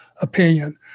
Opinion